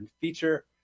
feature